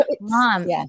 mom